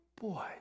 Boy